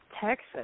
Texas